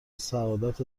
سعادت